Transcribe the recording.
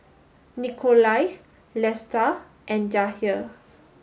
Nikolai Lesta and Jahir